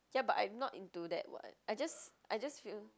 ya but I'm not into that [what] I just I just feel